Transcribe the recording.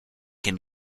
can